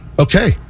Okay